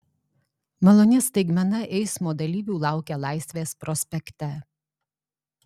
maloni staigmena eismo dalyvių laukia laisvės prospekte